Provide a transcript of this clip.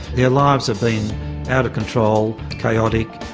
their lives have been out of control, chaotic,